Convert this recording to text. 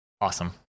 Awesome